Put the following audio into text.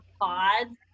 pods